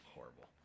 Horrible